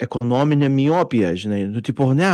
ekonominę miopiją žinai nu tipo ne